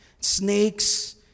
snakes